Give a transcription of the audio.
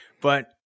But-